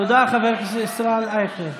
תודה, חבר הכנסת ישראל אייכלר.